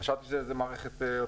חשבת שזו מערכת אוטומטית.